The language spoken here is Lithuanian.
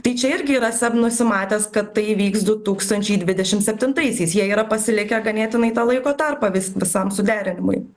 tai čia irgi yra seb nusimatęs kad tai įvyks du tūkstančiai dvidešim septintaisiais jie yra pasilikę ganėtinai tą laiko tarpą vis visam suderinimui